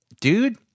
dude